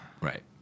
Right